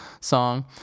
song